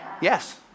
Yes